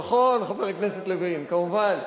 נכון, חבר הכנסת לוין, כמובן.